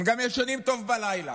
הם גם ישנים טוב בלילה.